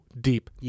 deep